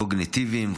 קוגניטיביים,